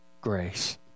grace